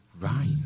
Right